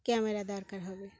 camera দরকার হবে